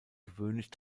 gewöhnlich